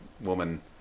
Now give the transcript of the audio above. woman